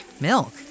Milk